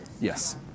Yes